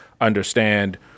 understand